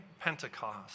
Pentecost